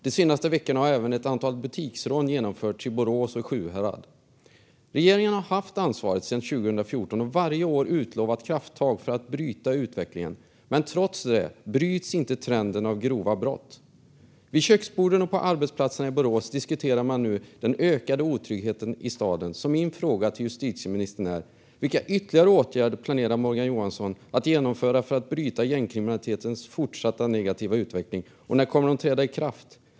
Den senaste veckan har även ett antal butiksrån genomförts i Borås och i Sjuhärad. Regeringen har haft ansvaret sedan 2014 och varje år utlovat krafttag för att bryta utvecklingen. Men trots det bryts inte trenden av grova brott. Vid köksborden och på arbetsplatserna i Borås diskuterar man nu den ökade otryggheten i staden. Mina frågor till justitieministern är därför: Vilka ytterligare åtgärder planerar Morgan Johansson att genomföra för att bryta gängkriminalitetens fortsatt negativa utveckling? Och när kommer de att träda i kraft?